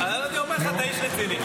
אני אומר לך, אתה איש רציני.